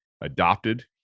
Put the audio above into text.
adopted